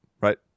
right